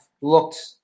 looked